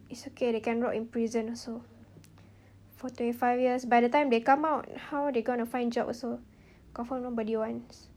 it's okay they can rot in prison also for twenty five years by the time they come out how they gonna find job also confirm nobody wants